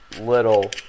little